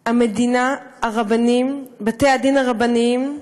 המדינה, הרבנים, בתי-הדין הרבניים,